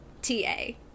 T-A